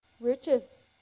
riches